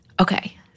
Okay